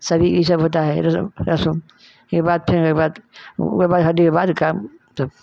सभी इ सब होता है रसम रशम एक बाद फेन एकरे बाद ओकरा बाद हरदी के बाद काम तब